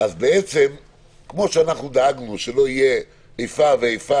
אז בעצם כמו שאנחנו דאגנו שלא יהיה איפה ואיפה